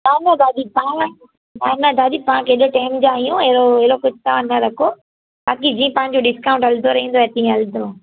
हा न दादी न दादी तव्हां खे एॾो टेम ॾियायूं अहिड़ो अहिड़ो कुझु तव्हां न रखो बाक़ी जीअं पंहिंजो डिस्काऊंट हलंदो रहंदो आहे तीअं हलंदो